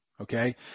Okay